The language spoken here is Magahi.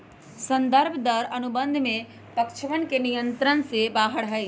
संदर्भ दर अनुबंध के पक्षवन के नियंत्रण से बाहर हई